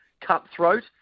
cutthroat